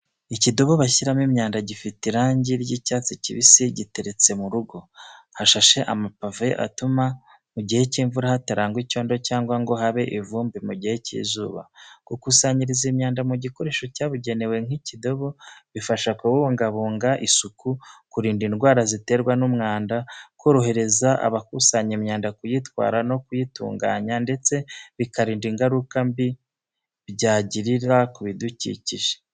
Ikidobo bashyiramo imyanda gifite irangi ry'icyatsi kibisi giteretse mu rugo, hashashe amapave atuma mu gihe cy'imvura hatarangwa icyondo cyangwa ngo habe ivumbi mu gihe cy'izuba. Gukusanyiriza imyanda mu gikoresho cyabugenewe nk’ikidobo, bifasha kubungabunga isuku, kurinda indwara ziterwa n’umwanda, korohereza abakusanya imyanda kuyitwara no kuyitunganya, ndetse bikarinda ingaruka mbi byagira ku bidukikije.